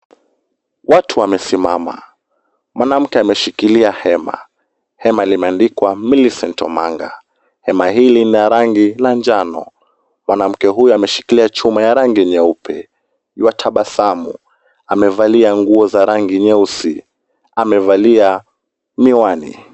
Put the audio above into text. Watu wamesimama. Mwanamke ameshikilia hema. Hema limeandikwa Millicent Omanga. Hema hili ni la rangi ya njano. Mwanamke huyu ameshikilia chuma ya rangi nyeupe. Yuatabasamu, amevalia nguo ya rangi nyeusi. Amevalia miwani.